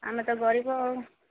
ଆମେ ତ ଗରିବ ଆଉ